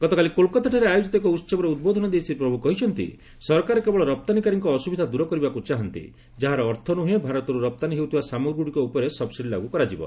ଗତକାଲି କୋଲ୍କାତାଠାରେ ଆୟୋଜିତ ଏକ ଉହବରେ ଉଦ୍ବୋଧନ ଦେଇ ଶ୍ରୀ ପ୍ରଭୁ କହିଛନ୍ତି ସରକାର କେବଳ ରପ୍ତାନୀକାରୀଙ୍କ ଅସୁବିଧା ଦୂର କରିବାକୁ ଚାହାନ୍ତି ଯାହାର ଅର୍ଥ ନୁହେଁ ଭାରତରୁ ରପ୍ତାନୀ ହେଉଥିବା ସାମଗ୍ରୀଗୁଡ଼ିକ ଉପରେ ସବ୍ସିଡି ଲାଗୁ କରାଯିବ